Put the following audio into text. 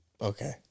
Okay